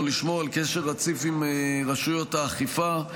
לשמור על קשר רציף עם רשויות האכיפה.